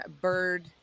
bird